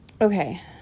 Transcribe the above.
okay